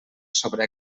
sobre